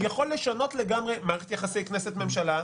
יכול לשנות לגמרי מערכת יחסי כנסת-ממשלה,